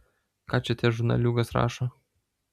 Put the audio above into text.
ką čia tie žurnaliūgos rašo